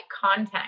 content